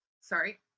sorry